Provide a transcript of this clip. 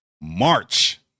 March